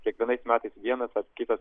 kiekvienais metais vienas ar kitas